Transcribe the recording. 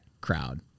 crowd